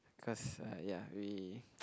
cause I ya we